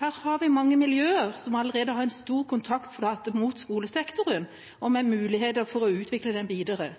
Her har vi mange miljøer som allerede har en stor kontaktflate mot skolesektoren, og med muligheter for å utvikle den videre.